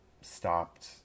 stopped